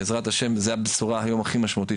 בעזרת השם זה הבשורה היום הכי משמעותית